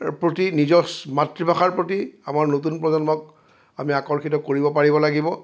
প্ৰতি নিজৰ মাতৃভাষাৰ প্ৰতি আমাৰ নতুন প্ৰজন্মক আমি আকৰ্ষিত কৰিব পাৰিব লাগিব